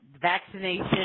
vaccination